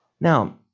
Now